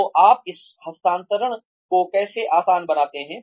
तो आप इस हस्तांतरण को कैसे आसान बनाते हैं